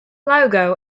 logo